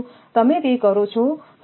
તેથી જો તમે તે કરો છો